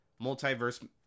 multiverse